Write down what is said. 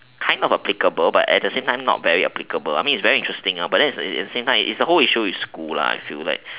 kind of applicable but at the same time not very applicable I mean is very interesting but then is at at the same time is the whole issue in school if you like